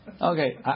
okay